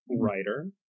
Writer